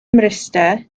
mryste